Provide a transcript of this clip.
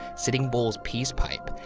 sitting bull's peace pipe,